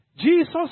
Jesus